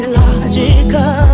logical